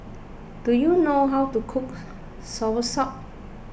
do you know how to cook Soursop